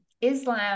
Islam